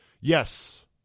Yes